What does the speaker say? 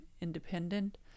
independent